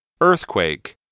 Earthquake